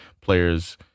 players